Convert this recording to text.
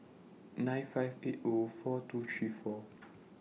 nine five eight O four two three four